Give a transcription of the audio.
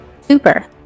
Super